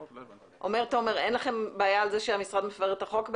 אומר תומר: אין לכם בעיה עם זה שהמשרד מפר את החוק?